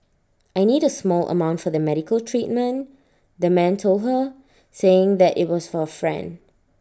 I need A small amount for the medical treatment the man told her saying that IT was for A friend